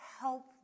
Help